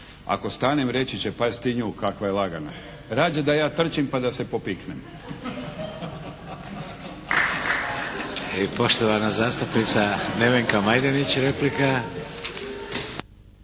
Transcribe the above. Ako stanem reći će pazi ti nju kakva je lagana. Rađe da ja trčim pa da se popiknem.“ **Šeks, Vladimir (HDZ)** I poštovana zastupnica Nevenka Majdenić replika.